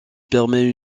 permet